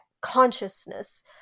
consciousness